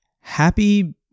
happy